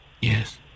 Yes